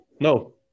No